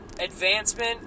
advancement